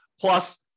Plus